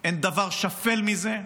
אין דבר שפל מזה,